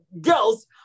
girls